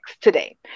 today